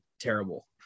terrible